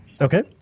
Okay